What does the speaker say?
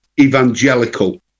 evangelical